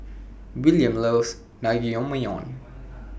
William loves Naengmyeon